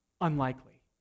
unlikely